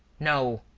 no,